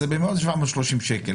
הסכום יהיה 730 שקל,